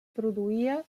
produïa